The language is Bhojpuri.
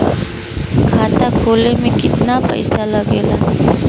खाता खोले में कितना पईसा लगेला?